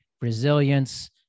resilience